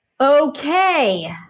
Okay